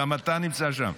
גם אתה נמצא שם.